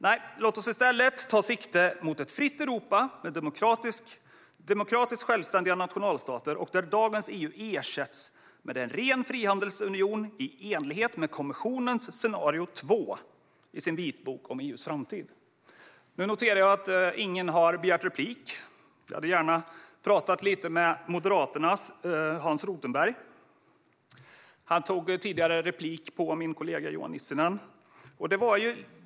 Nej, låt oss i stället ta sikte mot ett fritt Europa med demokratiska självständiga nationalstater, där dagens EU ersätts med en ren frihandelsunion i enlighet med kommissionens scenario två i dess vitbok om EU:s framtid. Jag noterar att ingen ännu har begärt replik. Jag hade gärna pratat lite med Moderaternas Hans Rothenberg, som tidigare tog replik på min kollega Johan Nissinen.